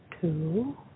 two